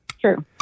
True